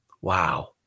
Wow